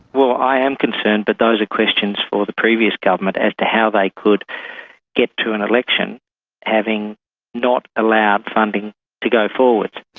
well, i am concerned but those are questions for the previous government as to how they could get to an election having not allowed funding to go forward.